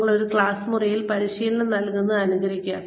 നിങ്ങൾ ഒരു ക്ലാസ് മുറിയിൽ പരിശീലനം നൽകുന്നത് അനുകരിക്കുക